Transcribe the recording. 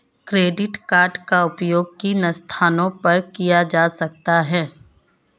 Credit card का उपयोग किन स्थानों पर किया जा सकता है?